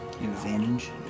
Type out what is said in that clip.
Advantage